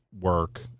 work